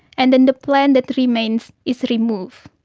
and then the plant that remains is removed.